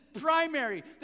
primary